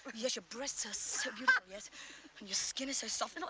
yes, your breasts are so beautiful, yes. and your skin is so soft.